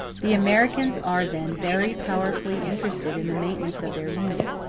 the americans are then very powerfully interested in the maintenance of their union.